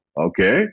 okay